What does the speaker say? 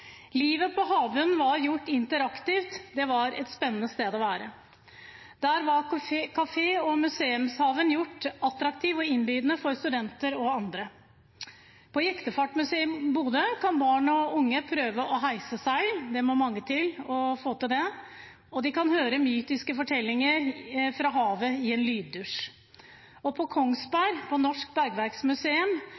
Livet på havbunnen var gjort interaktivt. Det var et spennende sted å være. Der var kaféen og museumshagen gjort attraktiv og innbydende for studenter og andre. På Jektefartsmuseet i Bodø kan barn og unge prøve å heise seil – det må mange til for å få til det – og de kan høre mytiske fortellinger fra havet i en lyddusj. På Norsk Bergverksmuseum på